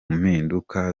mpinduka